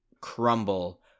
crumble